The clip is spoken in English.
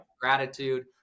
gratitude